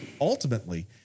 ultimately